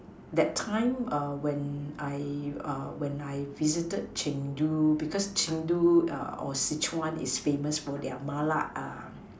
that time when I when I visited Chengdu because Chengdu or Sichuan is famous for their Mala